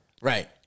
Right